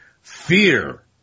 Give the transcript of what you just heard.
Fear